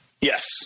Yes